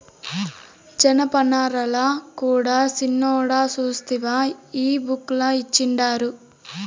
జనపనారల కూడా సిన్నోడా సూస్తివా ఈ బుక్ ల ఇచ్చిండారు